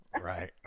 Right